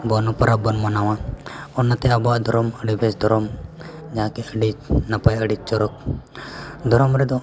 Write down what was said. ᱵᱚᱱ ᱯᱚᱨᱚᱵᱽ ᱵᱚᱱ ᱢᱟᱱᱟᱣᱟ ᱚᱱᱟᱛᱮ ᱟᱵᱚᱣᱟᱜ ᱫᱷᱚᱨᱚᱢ ᱟᱹᱰᱤ ᱵᱮᱥ ᱫᱷᱚᱨᱚᱢ ᱡᱟᱦᱟᱸᱜᱮ ᱟᱹᱰᱤ ᱱᱟᱯᱟᱭ ᱟᱹᱰᱤ ᱪᱚᱨᱚᱠ ᱫᱷᱚᱨᱚᱢ ᱨᱮᱫᱚ